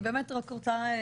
ישראל.